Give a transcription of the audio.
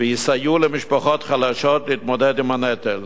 ויסייעו למשפחות חלשות להתמודד עם הנטל.